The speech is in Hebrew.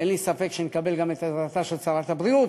אין לי ספק שנקבל גם את עזרתה של שרת הבריאות,